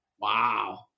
Wow